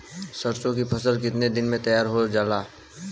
सरसों की फसल कितने दिन में तैयार हो जाला?